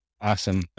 Awesome